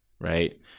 right